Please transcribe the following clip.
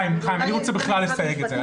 אני רוצה בכלל לסייג את זה.